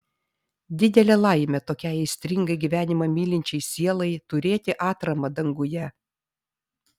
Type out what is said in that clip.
didelė laimė tokiai aistringai gyvenimą mylinčiai sielai turėti atramą danguje